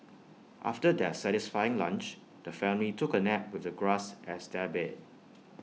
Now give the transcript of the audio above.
after their satisfying lunch the family took A nap with the grass as their bed